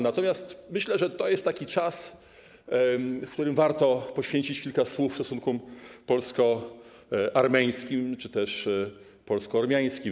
Natomiast myślę, że to jest taki czas, w którym warto poświęcić kilka słów stosunkom polsko-armeńskim czy też polsko-ormiańskim.